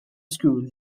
school